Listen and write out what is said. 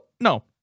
no